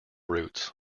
routes